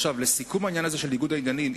לסיכום העניין הזה של ניגוד העניינים,